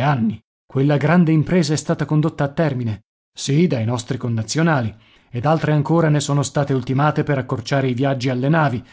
anni quella grande impresa è stata condotta a termine sì dai nostri connazionali ed altre ancora ne sono state ultimate per accorciare i viaggi alle navi